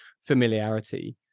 familiarity